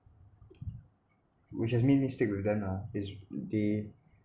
which has made me stick with them ah is they